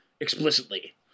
explicitly